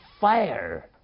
fire